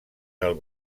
del